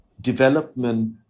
development